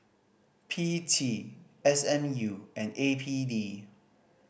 P T S M U and A P D